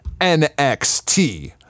NXT